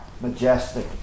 majestic